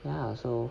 ya so